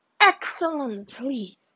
excellently